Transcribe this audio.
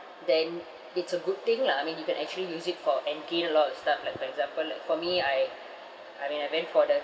then it's a good thing lah I mean you can actually use it for and gain a lot of stuff like for example for me I I mean I went for the